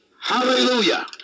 Hallelujah